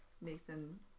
Nathan